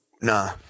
Nah